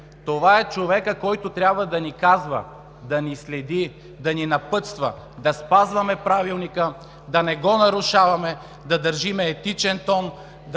Това е човекът, който трябва да ни казва, да ни следи, да ни напътства да спазваме Правилника, да не го нарушаваме, да държим етичен тон,